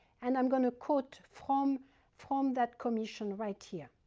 and i'm gonna quote from from that commission right here.